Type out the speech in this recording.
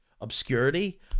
Obscurity